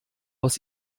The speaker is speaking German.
aus